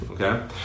Okay